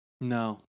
No